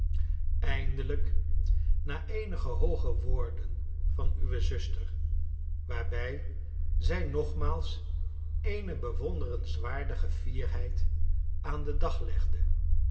eindelijk na eenige hooge woorden van uwe zuster waarbij zij nogmaals eene bewonderenswaardige fierheid aan den dag legde